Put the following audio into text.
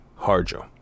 Harjo